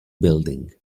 building